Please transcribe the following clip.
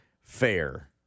fair